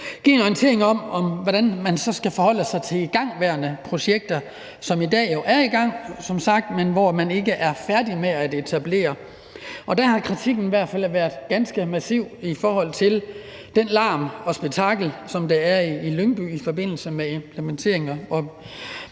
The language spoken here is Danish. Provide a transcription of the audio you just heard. give en orientering om, hvordan man så skal forholde sig til igangværende projekter, altså de projekter, som man som sagt er i gang med i dag, hvor man ikke er færdig med etableringen. Der har kritikken i hvert fald været ganske massiv i forhold til den larm og det spektakel, som der er i Lyngby i forbindelse med implementeringen og